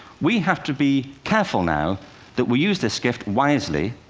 we have to be careful now that we use this gift wisely,